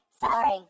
Sorry